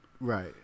Right